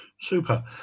Super